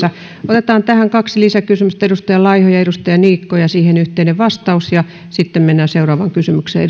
otetaan tähän kaksi lisäkysymystä edustaja laiho ja edustaja niikko ja yhteinen vastaus sitten mennään seuraavaan kysymykseen